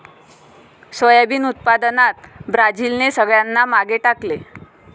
soybean उत्पादनात ब्राझीलने सगळ्यांना मागे टाकले